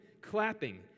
clapping